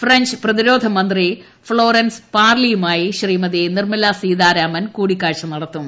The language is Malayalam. ഫ്രഞ്ച് പ്രതിരോധ മന്ത്രി ഫ്ളോറൻസ് പാർലിയുമായി ശ്രീമതി നിർമ്മല സീതാരാമൻ കൂടി ക്കാഴ്ച നടത്തും